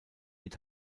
mit